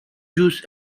juice